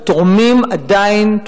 ותורמים עדיין,